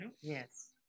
Yes